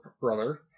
brother